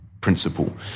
principle